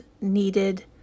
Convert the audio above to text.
needed